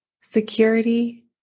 security